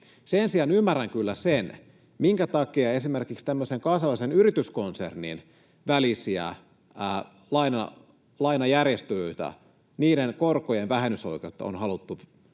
Sen sijaan ymmärrän kyllä sen, minkä takia esimerkiksi tämmöisen kansallisen yrityskonsernin välisiä lainajärjestelyitä, niiden korkojen vähennysoikeutta, on haluttu rajoittaa.